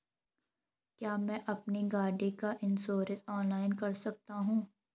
क्या मैं अपनी गाड़ी का इन्श्योरेंस ऑनलाइन कर सकता हूँ?